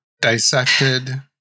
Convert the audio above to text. dissected